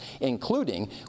including